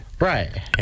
Right